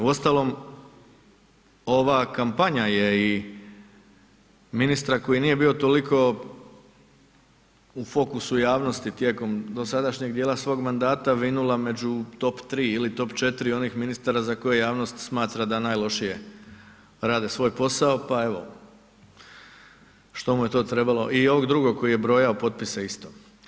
Uostalom, ova kampanja je i ministra koji nije bio toliko u fokusu javnosti tijekom dosadašnjeg dijela svog mandata vinula među top 3 ili top 4 onih ministara za koje javnost smatra da najlošije rade svoj posao, pa evo što mu je to trebalo i ovog drugog koji je brojao potpise isto.